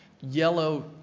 yellow